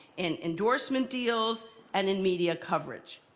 in endorsement deals, and in media coverage.